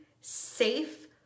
safe